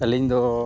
ᱟᱹᱞᱤᱧ ᱫᱚ